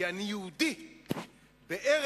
כי אני יהודי בארץ-ישראל,